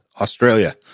Australia